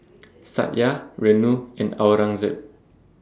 Satya Renu and Aurangzeb